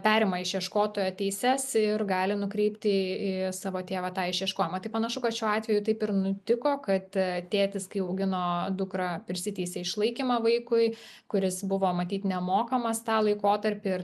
perima išieškotojo teises ir gali nukreipti į savo tėvą tą išieškojimą tai panašu šiuo atveju taip ir nutiko kad tėtis kai augino dukrą prisiteisė išlaikymą vaikui kuris buvo matyt nemokamas tą laikotarpį ir